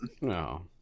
No